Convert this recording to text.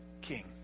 king